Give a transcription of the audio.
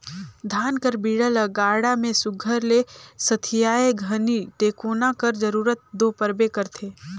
धान कर बीड़ा ल गाड़ा मे सुग्घर ले सथियाए घनी टेकोना कर जरूरत दो परबे करथे